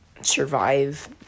survive